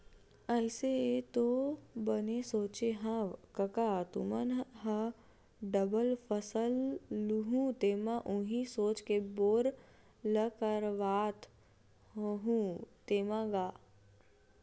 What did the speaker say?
अइसे ऐ तो बने सोचे हँव कका तुमन ह डबल फसल लुहूँ तेमा उही सोच के बोर ल करवात होहू तेंमा गा?